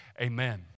Amen